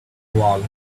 walls